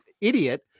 idiot